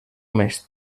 més